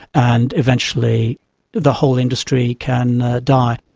and eventually the whole industry can die.